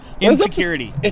Insecurity